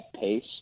pace